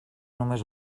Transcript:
només